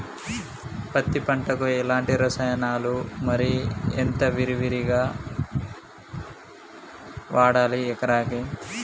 పత్తి పంటకు ఎలాంటి రసాయనాలు మరి ఎంత విరివిగా వాడాలి ఎకరాకి?